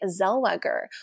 Zellweger